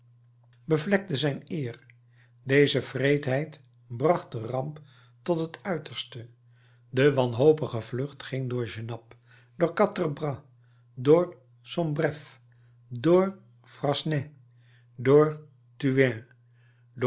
bevlekte zijn eer deze wreedheid bracht de ramp tot het uiterste de wanhopige vlucht ging door genappe door quatre-bras door sombreffe door